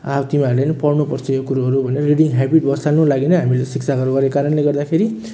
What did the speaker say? अब तिमीहरू पनि पढ्नु पर्छ यो कुरोहरू भनेर रिडिङ ह्याबिट बसाल्नु लागि नै हामीले शिक्षा घर गरेको कारणले गर्दाखेरि